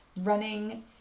running